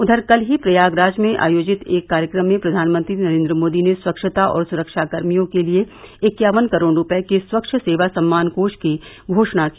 उधर कल ही प्रयागराज में आयोजित एक कार्यक्रम में प्रधानमंत्री नरेन्द्र मोदी ने स्वच्छता और सुरक्षा कर्मियों के लिए इक्यावन करोड़ रूपये के स्वच्छ सेवा सम्मान कोष की घोषणा की